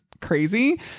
crazy